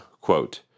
quote